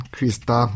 Krista